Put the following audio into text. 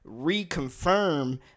reconfirm